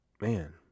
Man